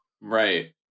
Right